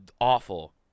awful